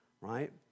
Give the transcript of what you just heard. right